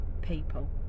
people